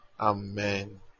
Amen